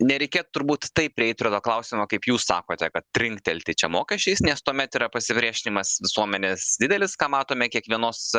nereikėtų turbūt taip prieit prie to klausimo kaip jūs sakote kad trinktelti čia mokesčiais nes tuomet yra pasipriešinimas visuomenės didelis ką matome kiekvienos